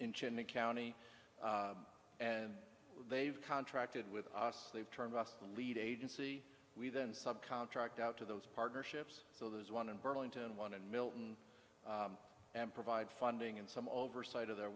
inch in the county and they've contracted with us they've turned us the lead agency we then subcontract out to those partnerships so there's one in burlington one in milton and provide funding and some oversight of their